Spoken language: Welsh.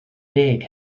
deg